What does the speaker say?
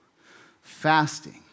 fasting